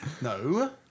No